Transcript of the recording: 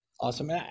Awesome